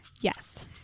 Yes